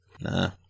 nah